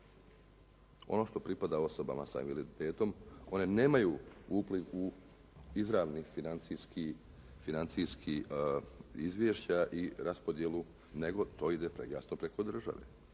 Ono što pripada osobama sa invaliditetom, one nemaju izravni financijski izvješća i raspodjelu, nego to ide jasno preko države,